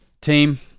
Team